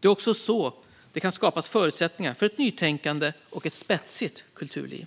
Det är också på så sätt det skapas förutsättningar för ett nytänkande och spetsigt kulturliv.